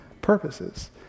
purposes